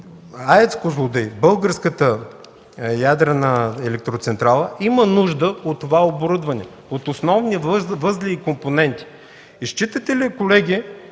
„Козлодуй”, българската ядрена електроцентрала има нужда от това оборудване, от основни възли и компоненти”. Считате ли, колеги,